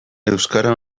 euskara